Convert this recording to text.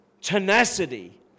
tenacity